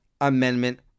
Amendment